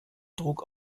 druck